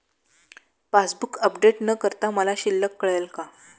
Passbook update न करता मला शिल्लक कळेल का?